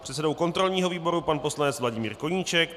předsedou kontrolního výboru pan poslanec Vladimír Koníček,